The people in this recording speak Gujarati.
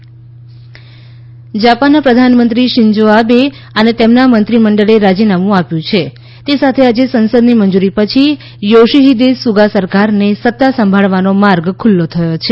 જાપાન આબે રાજીનામું જાપાનના પ્રધાનમંત્રી શીન્જો આબે અને તેમના મંત્રીમંડળે રાજીનામું આપ્યું છે તે સાથે આજે સંસદની મંજૂરી પછી યોશીફીદે સુગા સરકારને સત્તા સંભાળવાનો માર્ગ ખુલ્લો થયો છે